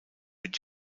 mit